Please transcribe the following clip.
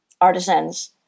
artisans